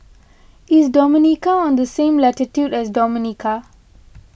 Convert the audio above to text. is Dominica on the same latitude as Dominica